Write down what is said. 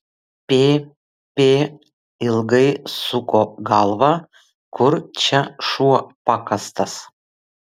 pp ilgai suko galvą kur čia šuo pakastas